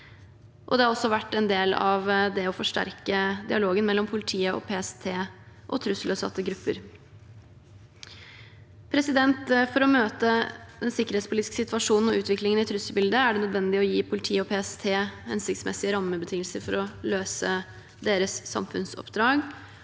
Det var også en del av arbeidet med å forsterke dialogen mellom politiet og PST og trusselutsatte grupper. For å møte den sikkerhetspolitiske situasjonen og utviklingen i trusselbildet, er det nødvendig å gi politiet og PST hensiktsmessige rammebetingelser for å løse sitt samfunnsoppdrag.